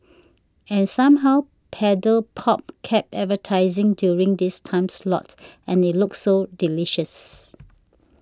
and somehow Paddle Pop kept advertising during this time slot and it looked so delicious